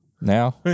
Now